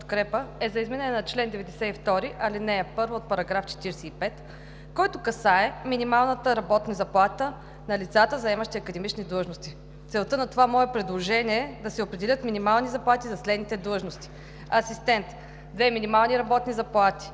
подкрепа, е за изменение на чл. 92, ал. 1 от § 45, който касае минималната работна заплата на лицата, заемащи академични длъжности. Целта на това мое предложение е да се определят минимални заплати за следните длъжности: асистент – две минимални работни заплати;